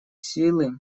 силы